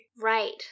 right